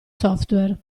software